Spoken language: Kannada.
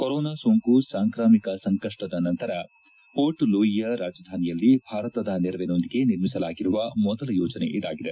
ಕೊರೋನಾ ಸೋಂಕು ಸಾಂಕ್ರಾಮಿಕ ಸಂಕಷ್ಷದ ನಂತರ ಮೋರ್ಟ್ಲೂಯಿಯ ರಾಜಧಾನಿಯಲ್ಲಿ ಭಾರತದ ನೆರವಿನೊಂದಿಗೆ ನಿರ್ಮಿಸಲಾಗಿರುವ ಮೊದಲ ಯೋಜನೆ ಇದಾಗಿದೆ